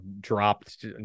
dropped